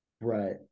Right